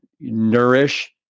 nourish